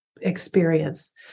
experience